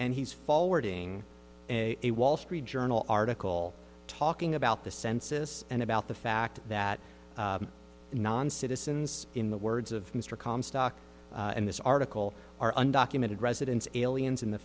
and he's forwarding a wall street journal article talking about the census and about the fact that non citizens in the words of mr comstock in this article are undocumented residents aliens in the